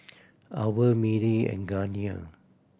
owl Mili and Garnier